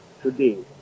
today